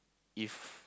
if